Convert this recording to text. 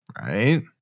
Right